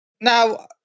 Now